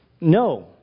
no